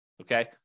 Okay